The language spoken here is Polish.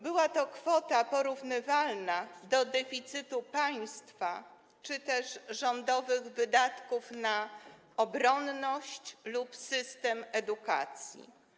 Była to kwota porównywalna do deficytu państwa czy też rządowych wydatków na obronność lub system edukacji.